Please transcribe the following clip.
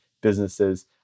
businesses